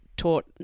taught